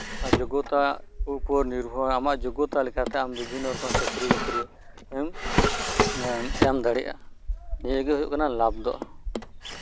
ᱡᱳᱜᱜᱚᱛᱟ ᱩᱯᱚᱨ ᱱᱤᱨᱵᱷᱚᱨ ᱟᱢᱟᱜ ᱡᱳᱜᱜᱚᱛᱟ ᱞᱮᱠᱟᱛᱮ ᱟᱨ ᱵᱤᱵᱷᱤᱱᱱᱚ ᱨᱚᱠᱚᱢ ᱪᱟᱹᱠᱨᱤ ᱵᱟᱹᱠᱨᱤ ᱮᱢ ᱮᱢ ᱫᱟᱲᱮᱭᱟᱜᱼᱟ ᱱᱤᱭᱟᱹ ᱜᱮ ᱦᱩᱭᱩᱜ ᱠᱟᱱᱟ ᱞᱟᱵᱷ ᱫᱚ